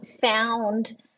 found